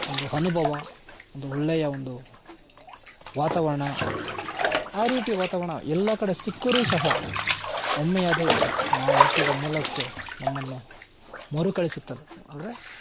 ಒಂದು ಅನುಭವ ಒಂದು ಒಳ್ಳೆಯ ಒಂದು ವಾತಾವರಣ ಆ ರೀತಿ ವಾತಾವರಣ ಎಲ್ಲ ಕಡೆ ಸಿಕ್ಕರೂ ಸಹ ಒಮ್ಮೆಯಾದರೂ ನಾವು ಹುಟ್ಟಿದ ಮೂಲಕ್ಕೆ ನಮ್ಮನ್ನು ಮರುಕಳಿಸುತ್ತದೆ ಅಂದರೆ